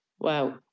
wow